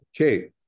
Okay